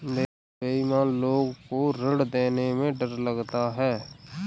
बेईमान लोग को ऋण देने में डर लगता है